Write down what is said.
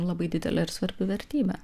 labai didelė ir svarbi vertybė